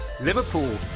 Liverpool